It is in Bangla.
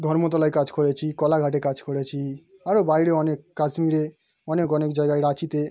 ধর্মতলায় কাজ করেছি কোলাঘাটে কাজ করেছি আরও বাইরে অনেক কাশ্মীরে অনেক অনেক জায়গায় রাঁচিতে